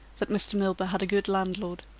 that mr. milburgh had a good landlord.